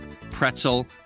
pretzel